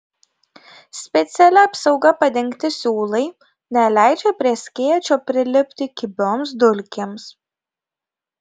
specialia apsauga padengti siūlai neleidžia prie skėčio prilipti kibioms dulkėms